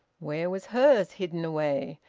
where was hers hidden away,